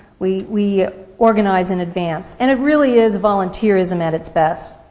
we we organize in advance. and it really is volunteerism at its best.